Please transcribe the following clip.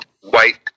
white